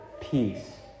peace